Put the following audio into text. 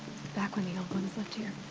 back when the old ones lived here?